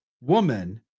woman